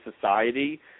society